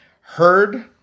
Heard